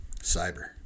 cyber